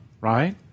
right